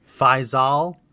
faisal